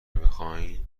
بخواین